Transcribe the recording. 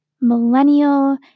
millennial